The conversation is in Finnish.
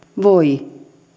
voi